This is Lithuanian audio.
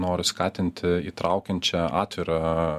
noriu skatinti įtraukiančią atvirą